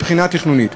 מבחינה תכנונית.